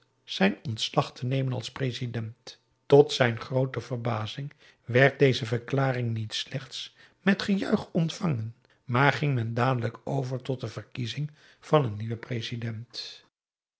zijn ontslag te nemen als president tot zijn groote verbazing werd deze verklaring niet slechts met gejuich ontvangen maar ging men dadelijk over tot de verkiezing van een nieuwen president